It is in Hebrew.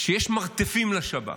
שיש מרתפים לשב"כ.